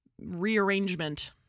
rearrangement